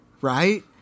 Right